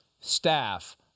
staff